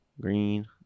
Green